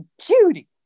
Judy